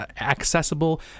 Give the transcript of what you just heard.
accessible